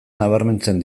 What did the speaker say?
nabarmentzen